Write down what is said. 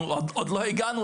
לנו אין בכלל אנחנו עוד לא הגענו